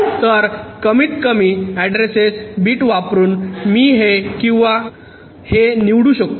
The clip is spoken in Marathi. तर कमीतकमी अॅड्रेस बिट वापरुन मी हे किंवा हे निवडू शकतो